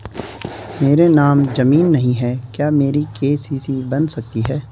मेरे नाम ज़मीन नहीं है क्या मेरी के.सी.सी बन सकती है?